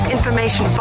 information